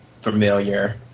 familiar